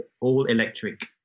all-electric